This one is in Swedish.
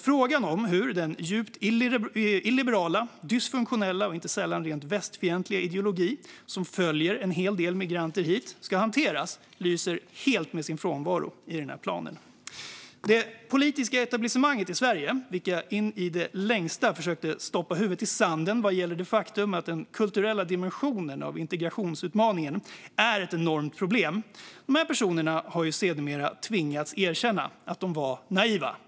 Frågan om hur den djupt illiberala, dysfunktionella och inte sällan rent västfientliga ideologi som följer med en hel del migranter hit ska hanteras lyser dock helt med sin frånvaro i planen. Det politiska etablissemanget i Sverige försökte i det längsta stoppa huvudet i sanden vad gäller det faktum att den kulturella dimensionen av integrationsutmaningen är ett enormt problem. De här personerna har sedermera tvingats erkänna att de var naiva.